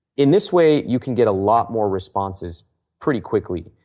in this way you can get a lot more responses pretty quickly.